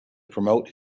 promote